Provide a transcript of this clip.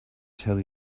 tell